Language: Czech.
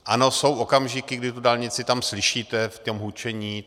Ano, jsou okamžiky, kdy tu dálnici tam slyšíte, to hučení.